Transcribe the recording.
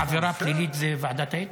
עבירה פלילית זה ועדת האתיקה?